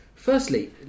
Firstly